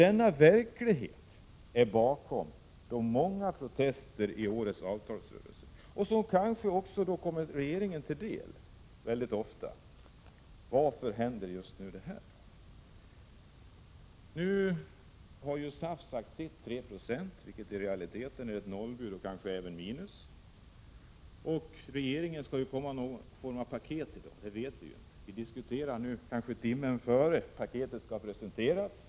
Denna verklighet är bakom de många protester inför årets avtalsrörelse som ofta har riktat sig mot regeringen. Varför händer just det här? SAF har nu sagt 3 2, vilket i verkligheten är 0, kanske t.o.m. minus. Regeringen kommer i dag med någon form av paket, det vet vi. Vi diskuterar frågan nu, kanske timmen innan paketet skall presenteras.